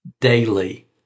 daily